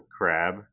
crab